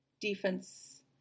defense